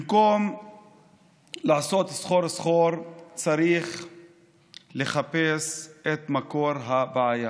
במקום ללכת סחור-סחור צריך לחפש את מקור הבעיה.